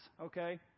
okay